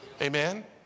Amen